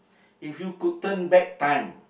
if you go turn back time